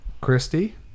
Christy